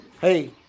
Hey